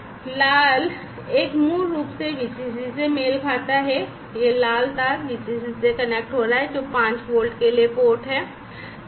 तो लाल एक मूल रूप से इस VCC से मेल खाता है यह लाल तार VCC से कनेक्ट हो रहा है जो 5 वोल्ट के लिए पोर्ट है